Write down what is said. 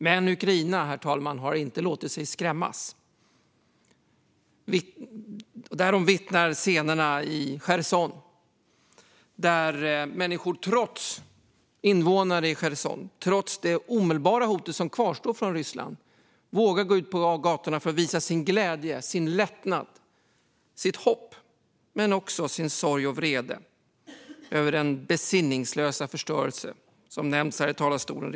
Men, herr talman, Ukraina har inte låtit sig skrämmas. Därom vittnar scenerna i Cherson, där invånarna trots det omedelbara hot som kvarstår från Ryssland vågar gå ut på gatorna för att visa sin glädje, sin lättnad och sitt hopp men också sin sorg och sin vrede över den besinningslösa förstörelse som redan har nämnts här i talarstolen.